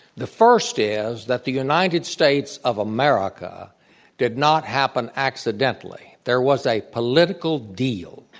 the first is that the united states of america did not happen accidentally. there was a political deal,